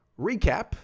recap